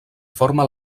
forma